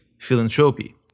Philanthropy